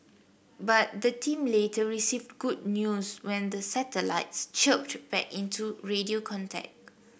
but the team later received good news when the satellites chirped back into radio contact